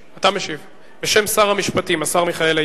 אתה משיב בשם שר המשפטים, השר מיכאל איתן.